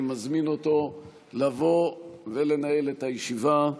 אני מזמין אותו לבוא ולנהל את הישיבה.